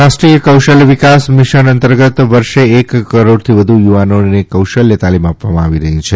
રાષ્ટ્રીય કૌશલ્ય વિકાસ મિશન અંતર્ગત વર્ષે એક કરોડથી વધુ યુવાનોને કૌશલ્ય તાલીમ આ વામાં આવી રહી છે